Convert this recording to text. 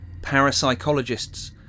parapsychologists